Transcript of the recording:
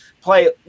play